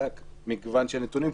זה מגוון של נתונים.